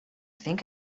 think